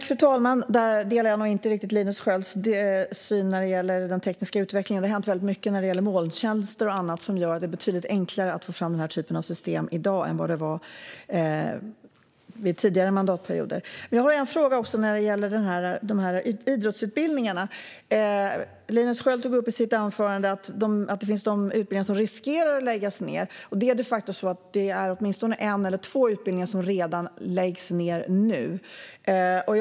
Fru talman! Jag delar inte riktigt Linus Skölds syn när det gäller den tekniska utvecklingen. Det har hänt väldigt mycket när det gäller molntjänster och annat som gör att det är betydligt enklare att få fram denna typ av system i dag än vad det var under tidigare mandatperioder. Jag har en fråga när det gäller idrottsutbildningarna. Linus Sköld tog i sitt anförande upp att det finns utbildningar som riskerar att läggas ned. Det är de facto så att det är åtminstone en eller två utbildningar som läggs ned redan nu.